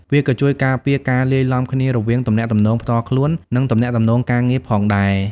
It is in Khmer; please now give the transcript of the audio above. វាក៏ជួយការពារការលាយឡំគ្នារវាងទំនាក់ទំនងផ្ទាល់ខ្លួន និងទំនាក់ទំនងការងារផងដែរ។